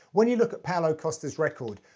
when you look at paulo costa's record,